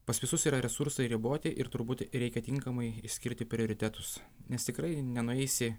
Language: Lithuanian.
pas visus yra resursai riboti ir turbūt reikia tinkamai išskirti prioritetus nes tikrai nenueisi